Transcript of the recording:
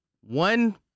one